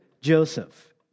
Joseph